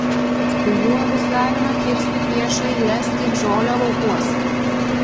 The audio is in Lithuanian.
su juo bus galima kirsti priešo eiles kaip žolę laukuose